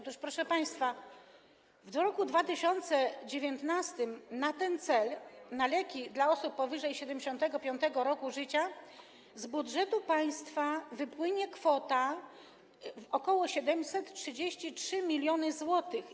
Otóż, proszę państwa, w roku 2019 na ten cel, na leki dla osób powyżej 75. roku życia, z budżetu państwa wypłynie kwota ok. 733 mln zł.